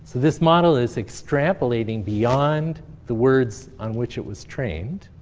this model is extrapolating beyond the words on which it was trained.